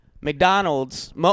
McDonald's